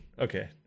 Okay